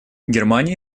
германия